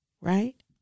Right